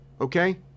okay